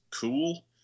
cool